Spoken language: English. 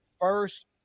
first